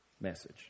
message